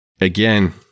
again